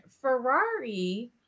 Ferrari